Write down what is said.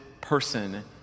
person